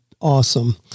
Awesome